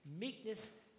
meekness